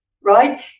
right